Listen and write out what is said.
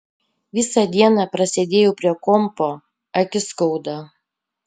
visą dieną prasėdėjau prie kompo akis skauda